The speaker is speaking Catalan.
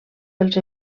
pels